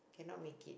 cannot make it